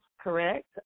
correct